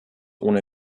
ohne